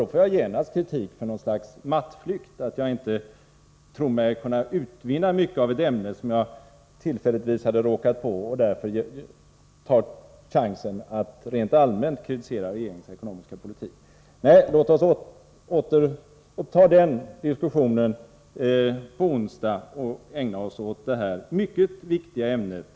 Då får jag genast kritik för något slags mattflykt — att jag inte tror mig kunna utvinna mycket av ett ämne som jag tillfälligtvis hade råkat på och därför tar chansen att rent allmänt kritisera regeringens ekonomiska politik. Nej, låt oss återuppta den diskussionen på onsdag och nu ägna oss åt det här mycket viktiga ämnet.